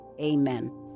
Amen